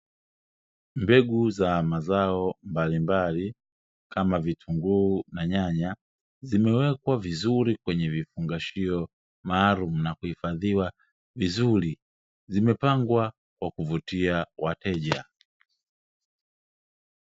Mbegu za mazao mbalimbali, kama vitunguu na nyanya, zimewekwa vizuri kwenye vifungashio maalumu na kuhifadhiwa vizuri, zimepangwa kwa kuvutia wateja.